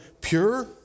pure